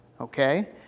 okay